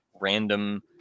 random